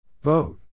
Vote